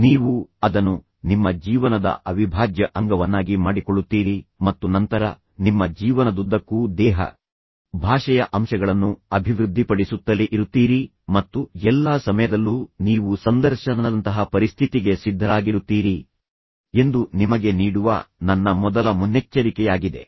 ನೀವು ಅದನ್ನು ನಿಮ್ಮ ಜೀವನದ ಅವಿಭಾಜ್ಯ ಅಂಗವನ್ನಾಗಿ ಮಾಡಿಕೊಳ್ಳುತ್ತೀರಿ ಮತ್ತು ನಂತರ ನಿಮ್ಮ ಜೀವನದುದ್ದಕ್ಕೂ ದೇಹ ಭಾಷೆಯ ಅಂಶಗಳನ್ನು ಅಭಿವೃದ್ಧಿಪಡಿಸುತ್ತಲೇ ಇರುತ್ತೀರಿ ಮತ್ತು ಎಲ್ಲಾ ಸಮಯದಲ್ಲೂ ನೀವು ಸಂದರ್ಶನದಂತಹ ಪರಿಸ್ಥಿತಿಗೆ ಸಿದ್ಧರಾಗಿರುತ್ತೀರಿ ಎಂದು ನಿಮಗೆ ನೀಡುವ ನನ್ನ ಮೊದಲ ಮುನ್ನೆಚ್ಚರಿಕೆಯಾಗಿದೆ